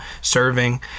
serving